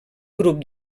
grup